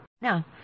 Now